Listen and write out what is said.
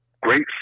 great